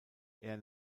air